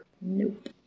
Nope